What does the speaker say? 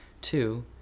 two